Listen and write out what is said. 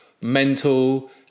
mental